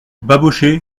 babochet